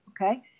okay